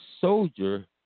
soldier